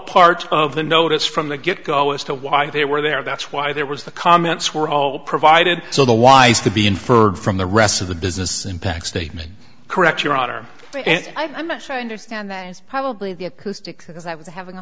part of the notice from the get go as to why they were there that's why there was the comments were all provided so the wise to be inferred from the rest of the business impact statement correct your honor and i'm not sure i understand that it's probably the acoustic because i was having a